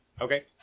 Okay